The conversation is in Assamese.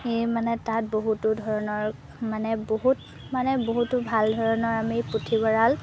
সি মানে তাত বহুতো ধৰণৰ মানে বহুত মানে বহুতো ভাল ধৰণৰ আমি পুথিভঁৰাল